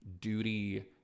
duty